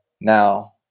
now